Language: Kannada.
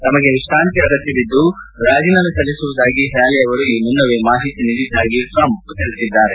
ತಮಗೆ ವಿಶ್ರಾಂತಿ ಅಗತ್ತವಿದ್ದು ರಾಜೀನಾಮೆ ಸಲ್ಲಿಸುವುದಾಗಿ ಹ್ವಾಲೆ ಅವರು ಈ ಮುನ್ನವೇ ಮಾಹಿತಿ ನೀಡಿದ್ದಾಗಿ ಟ್ರಂಪ್ ತಿಳಿಸಿದ್ದಾರೆ